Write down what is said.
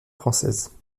française